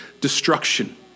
destruction